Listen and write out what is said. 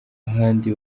ahandi